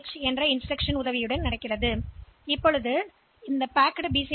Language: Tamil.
எனவே இது பேக் செய்யப்பட்ட பி